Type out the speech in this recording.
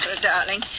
Darling